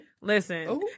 Listen